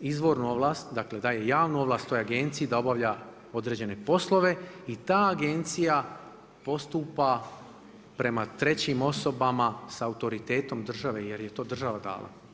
izvornu ovlast, dakle, daje javnu ovlast toj agenciji da obavlja određene poslove i ta agencija postupa prema trećim osobama sa autoritetom države, jer je to država dala.